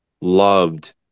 loved